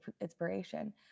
inspiration